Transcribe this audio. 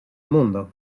mundo